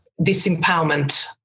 disempowerment